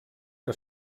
que